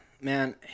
Man